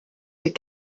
ses